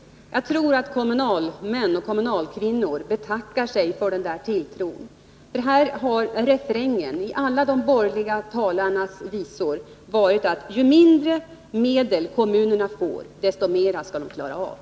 Jag tror att kommunalmän och kommunalkvinnor betackar sig för den tilltron, för här har refrängen i alla de borgerliga talarnas visor varit att ju mindre medel kommunerna får, desto mera skall de klara av.